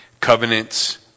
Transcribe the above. Covenants